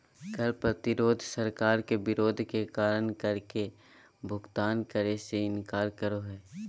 कर प्रतिरोध सरकार के विरोध के कारण कर के भुगतान करे से इनकार करो हइ